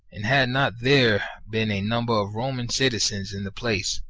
and had not there been a number of roman citizens in the place,